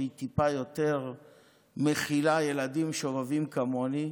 שהיא טיפה יותר מכילה ילדים שובבים כמוני.